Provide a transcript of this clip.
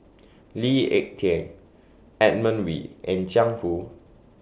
Lee Ek Tieng Edmund Wee and Jiang Hu